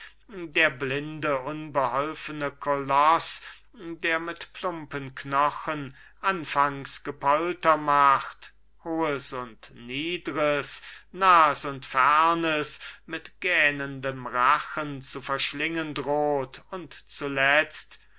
der blinde unbeholfene koloß der mit plumpen knochen anfangs gepolter macht hohes und niedres nahes und fernes mit gähnendem rachen zu verschlingen droht und zuletzt